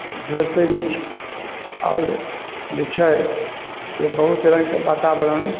झुलसै नहि छै आओर जे छै से बहुत रङ्गके वातावरण